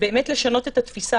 לשנות את התפיסה.